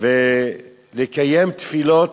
ולקיים תפילות,